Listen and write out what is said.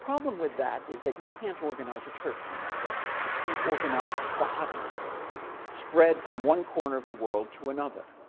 problem with that is that you can't organize a church on that basis, you can't organize a body spread from one corner of the world to another,